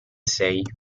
sei